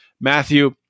Matthew